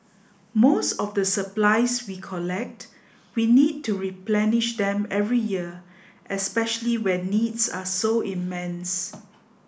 most of the supplies we collect we need to replenish them every year especially when needs are so immense